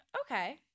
okay